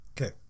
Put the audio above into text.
Okay